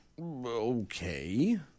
okay